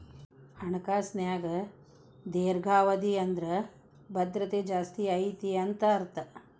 ಹಣಕಾಸಿನ್ಯಾಗ ದೇರ್ಘಾವಧಿ ಅಂದ್ರ ಭದ್ರತೆ ಜಾಸ್ತಿ ಐತಿ ಅಂತ ಅರ್ಥ